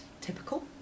typical